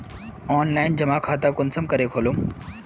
Online जमा खाता कुंसम करे खोलूम?